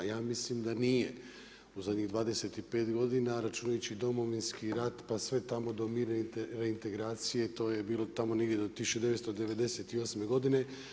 Ja mislim da nije u zadnjih 25 godina računajući Domovinski rat pa sve tamo do mirne reintegracije to je bilo tamo negdje do 1998. godine.